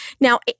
Now